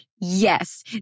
Yes